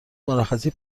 مرخصی